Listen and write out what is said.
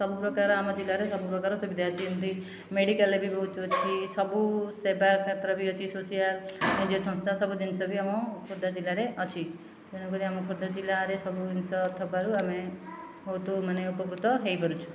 ସବୁପ୍ରକାର ଆମ ଜିଲ୍ଲାରେ ସବୁପ୍ରକାର ସୁବିଧା ଅଛି ଏମିତି ମେଡ଼ିକାଲ ବି ବହୁତ ଅଛି ସବୁ ସେବା କ୍ଷେତ୍ର ବି ଅଛି ସୋସିଆଲ ନିଜ ସଂସ୍ଥା ସବୁ ଜିନିଷ ବି ଆମ ଖୋର୍ଦ୍ଧା ଜିଲ୍ଲାରେ ଅଛି ତେଣୁ କରି ଆମ ଖୋର୍ଦ୍ଧା ଜିଲ୍ଲାରେ ସବୁ ଜିନିଷ ଥବାରୁ ଆମେ ବହୁତ ମାନେ ଉପକୃତ ହୋଇ ପାରୁଛୁ